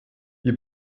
wie